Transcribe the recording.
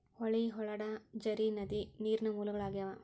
ಹೊಳಿ, ಹೊಳಡಾ, ಝರಿ, ನದಿ ನೇರಿನ ಮೂಲಗಳು ಆಗ್ಯಾವ